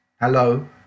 Hello